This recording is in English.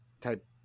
type